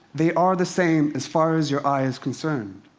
they are the same, as far as your eye is concerned.